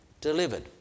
delivered